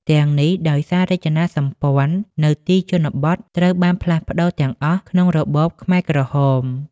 ទាំងនេះដោយសាររចនាសម្ព័ន្ធនៅទីជនបទត្រូវបានផ្លាស់ប្តូរទាំងអស់ក្នុងរបបខ្មែរក្រហម។